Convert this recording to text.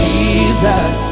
Jesus